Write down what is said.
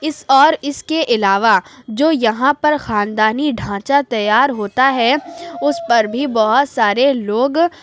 اس اور اس کے علاوہ جو یہاں پر خاندانی ڈھانچہ تیار ہوتا ہے اس پر بھی بہت سارے لوگ